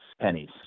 pennies